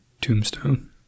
Tombstone